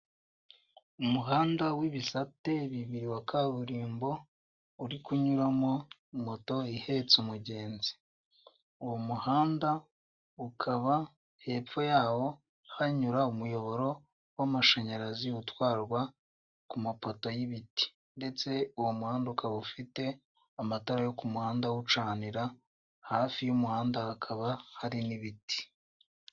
Umuhanda w'ibisate bibiri wa kaburimbo, uri kunyuramo moto ihetse umugenzi, uwo muhanda ukaba hepfo yawo hanyura umuyoboro w'amashanyarazi utwarwa ku mapoto y'ibiti ndetse uwo muhanda ukaba ufite amatara yo ku muhanda awucanira, hafi y'umuhanda hakaba hari n'ibiti.